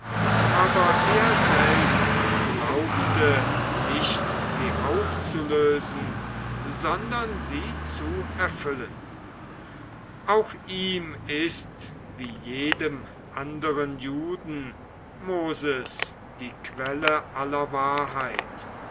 aber er selbst glaubte nicht sie aufzulösen sondern sie zu erfüllen auch ihm ist wie jedem anderen juden moses die quelle aller wahrheit